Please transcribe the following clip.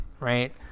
right